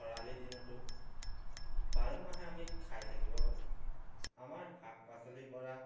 খৰালি দিনতো বাৰমাহে আমি খাই থাকিব পাৰোঁ আমাৰ শাক পাচলিৰ পৰা